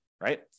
right